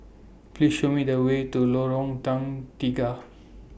Please Show Me The Way to Lorong Tukang Tiga